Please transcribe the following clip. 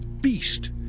beast